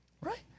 right